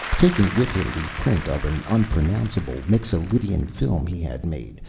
taking with him the print of an unpronounceable mixo-lydian film he had made,